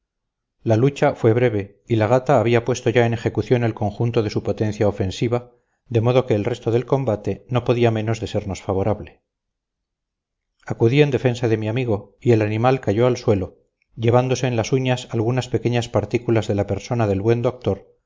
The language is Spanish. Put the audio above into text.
la lucha fue breve y la gata había puesto ya en ejecución el conjunto de su potencia ofensiva de modo que el resto del combate no podía menos de sernos favorable acudí en defensa de mi amigo y el animal cayó al suelo llevándose en las uñas algunas pequeñas partículas de la persona del buen doctor